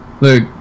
Look